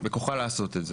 בכוחה לעשות את זה.